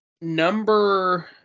Number